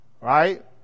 Right